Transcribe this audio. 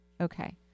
Okay